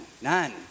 none